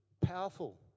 Powerful